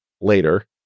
later